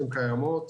הן קיימות.